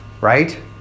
right